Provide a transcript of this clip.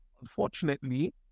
unfortunately